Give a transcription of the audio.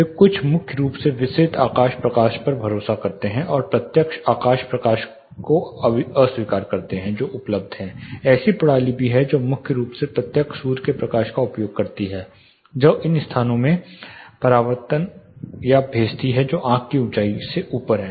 वे मुख्य रूप से विसरित आकाश प्रकाश पर भरोसा करते हैं और प्रत्यक्ष आकाश प्रकाश को अस्वीकार करते हैं जो उपलब्ध है ऐसी प्रणाली भी है जो मुख्य रूप से प्रत्यक्ष सूर्य के प्रकाश का उपयोग करती है जो इसे उन स्थानों में परावर्तन या भेजती है जो आंख की ऊंचाई से ऊपर हैं